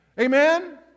Amen